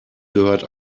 gehört